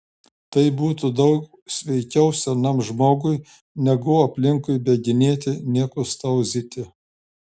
tai būtų daug sveikiau senam žmogui negu aplinkui bėginėti niekus tauzyti